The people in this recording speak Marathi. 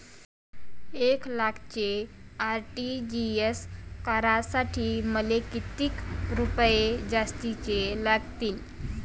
एक लाखाचे आर.टी.जी.एस करासाठी मले कितीक रुपये जास्तीचे लागतीनं?